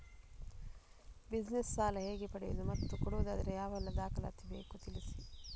Business ಸಾಲ ಹೇಗೆ ಪಡೆಯುವುದು ಮತ್ತು ಕೊಡುವುದಾದರೆ ಯಾವೆಲ್ಲ ದಾಖಲಾತಿ ಬೇಕು ತಿಳಿಸಿ?